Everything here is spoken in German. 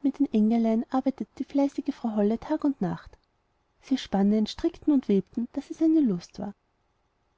mit den engelein arbeitete die fleißige frau holle tag und nacht sie spannen strickten und webten daß es eine lust war